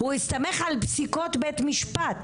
הוא הסתמך על פסיקות בית משפט,